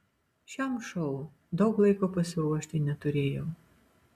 šiam šou daug laiko pasiruošti neturėjau